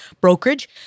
brokerage